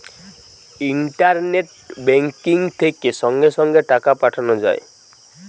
internet banking থেকে সঙ্গে সঙ্গে টাকা পাঠানো যায়